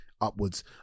upwards